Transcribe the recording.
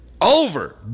over